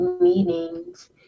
meetings